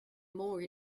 more